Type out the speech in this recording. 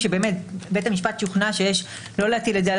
שבית המשפט שוכנע לא להטיל את זה על